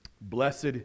Blessed